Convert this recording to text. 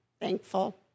thankful